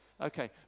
Okay